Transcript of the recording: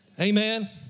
Amen